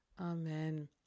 Amen